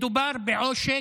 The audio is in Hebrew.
מדובר בעושק,